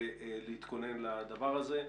ולהתכונן לדבר הזה.